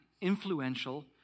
influential